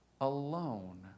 alone